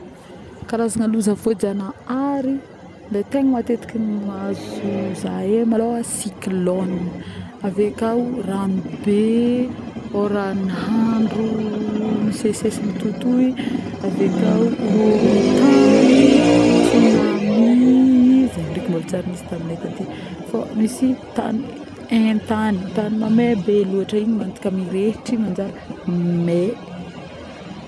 karazagna loza voajanahary, le tegna matetiky mahazo za hely malôha cyclone, avekao ragnobe, ôragnandro misesisesy mitohitohy, avekao horohoron-tagny, tsounami zay ndraiky mbola tsy ary gnisy tamignay taty fô mist tagny hain-tagny, tagny mamay be lôtry magnondiky mirehitry manjary me